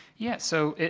yeah. so,